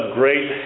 great